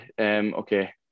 okay